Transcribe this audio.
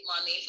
money